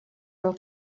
del